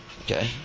Okay